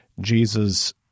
Jesus